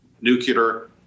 nuclear